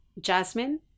jasmine